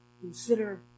consider